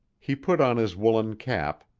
he put on his woollen cap,